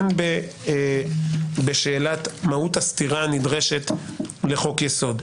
הן בשאלת מהות הסתירה הנדרשת לחוק יסוד,